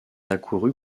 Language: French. accourut